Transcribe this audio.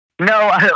No